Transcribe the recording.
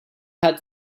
had